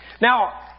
Now